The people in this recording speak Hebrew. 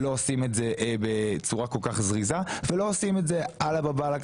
לא עושים את זה בצורה כל כך זריזה ולא עושים את זה עלא באב אללה,